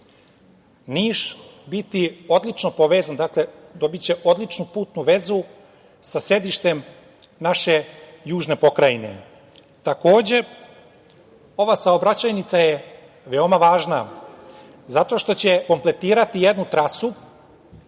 Niš biti odlično povezan, dobiće odličnu putnu vezu, sa sedištem naše južne pokrajine. Takođe, ova saobraćajnica je veoma važna zato što će kompletirati jednu trasu